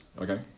Okay